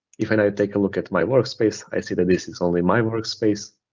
if and i take a look at my workspace, i see that this is only my workspace.